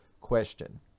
question